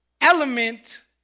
element